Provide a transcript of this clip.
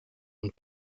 und